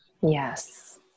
Yes